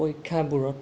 পৰীক্ষাবোৰত